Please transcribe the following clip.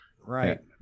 Right